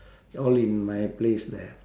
all in my place there